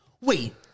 Wait